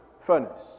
furnace